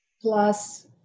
Plus